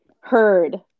Heard